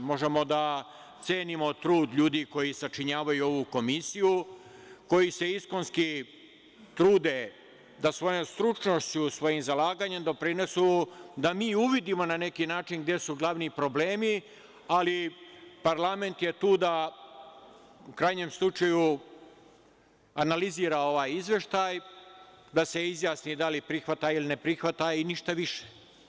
Možemo da cenimo trud ljudi koji sačinjavaju ovu Komisiju, koji se iskonski trude da svojom stručnošću, svojim zalaganjem doprinesu da mi uvidimo na neki način gde su glavnim problemi, ali parlament je tu da u krajnjem slučaju analizira ovaj izveštaj, da se izjasni da li prihvata ili ne prihvata i ništa više.